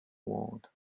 word